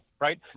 Right